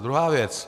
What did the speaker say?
Druhá věc.